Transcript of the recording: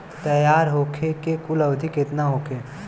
तैयार होखे के कुल अवधि केतना होखे?